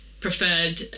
preferred